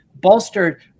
bolstered